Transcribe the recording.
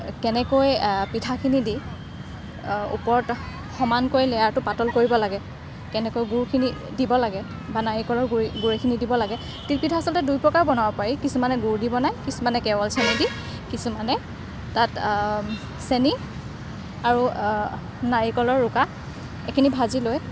কেনেকৈ পিঠাখিনি দি ওপৰত সমানকৈ লেয়াৰটো পাতল কৰিব লাগে কেনেকৈ গুড়খিনি দিব লাগে বা নাৰিকলৰ গুড়ি গুড়িখিনি দিব লাগে তিলপিঠা আচলতে দুই প্ৰকাৰে বনাব পাৰি কিছুমানে গুড় দি বনাই কিছুমানে কেৱল চেনি দি কিছুমানে তাত চেনি আৰু নাৰিকলৰ ৰোকা এইখিনি ভাজি লৈ